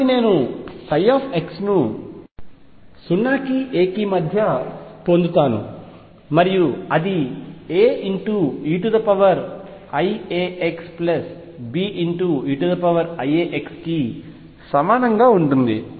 కాబట్టి నేను x ను 0 కి a కి మధ్య పొందుతాను మరియు అది AeiαxBe iαx కి సమానంగా ఉంటుంది